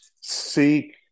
seek